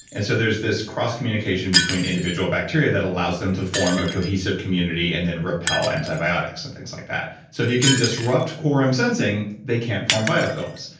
and so there's this cross communication between individual bacteria that allows them to form a cohesive community and then repel antibiotics and things like that so if you can disrupt quorum sensing, they can't form biofilms.